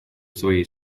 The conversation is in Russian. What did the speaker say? своей